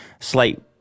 slight